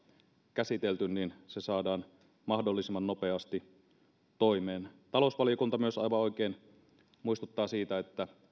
käsitelty se saadaan mahdollisimman nopeasti toimeen talousvaliokunta myös aivan oikein muistuttaa siitä että